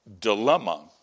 dilemma